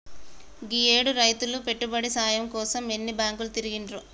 గీయేడు రైతులు పెట్టుబడి సాయం కోసం ఎన్ని బాంకులు తిరిగిండ్రో